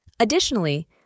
Additionally